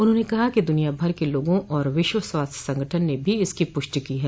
उन्होंने कहा कि दुनियाभर के लोगों और विश्व स्वास्थ्य संगठन ने भी इसकी पुष्टि की है